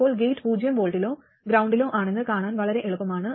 ഇപ്പോൾ ഗേറ്റ് പൂജ്യം വോൾട്ടിലോ ഗ്രൌണ്ടിലോ ആണെന്ന് കാണാൻ വളരെ എളുപ്പമാണ്